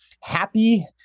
happy